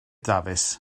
dafis